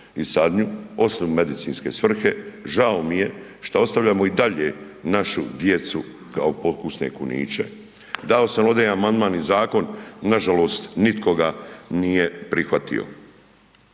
i sadnju, osim u medicinske svrhe. Žao mi je što ostavljamo i dalje našu djecu kao pokusne kuniće. Do sam ovdje i amandman i zakon, nažalost nitko ga nije prihvatio.